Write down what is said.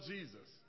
Jesus